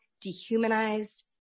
dehumanized